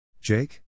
Jake